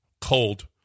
cold